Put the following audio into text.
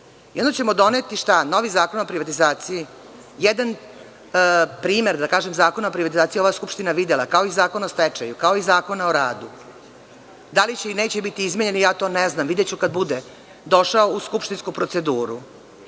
i onda ćemo doneti šta? Novi zakon o privatizaciji? Jedan primer zakona o privatizaciji ova skupština je videla, kao i Zakon o stečaju, kao i Zakon o radu. Da li će ili neće biti izmenjen, ja to ne znam, videću kada bude došao u skupštinsku proceduru,